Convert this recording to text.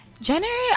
January